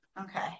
Okay